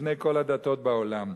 לבני כל הדתות בעולם.